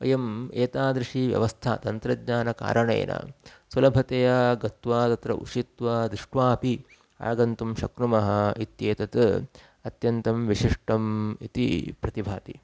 वयम् एतादृशी व्यवस्था तन्त्रज्ञानकारणेन सुलभतया गत्वा तत्र उषित्वा दृष्ट्वा अपि आगन्तुं शक्नुमः इत्येतत् अत्यन्तं विशिष्टम् इति प्रतिभाति